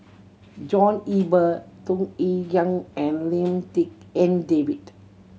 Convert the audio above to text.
John Eber Tung Yue Yang and Lim Tik En David